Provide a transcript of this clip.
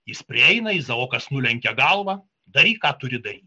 jis prieina izaokas nulenkia galvą daryk ką turi daryt